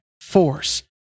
force